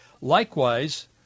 Likewise